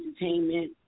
Entertainment